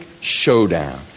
showdown